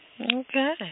okay